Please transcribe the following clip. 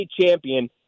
champion